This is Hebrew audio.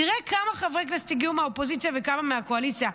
תראה כמה חברי כנסת הגיעו מהאופוזיציה וכמה מהקואליציה.